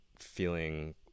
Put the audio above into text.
feeling